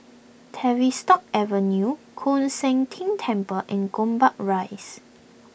Tavistock Avenue Koon Seng Ting Temple and Gombak Rise